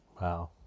Wow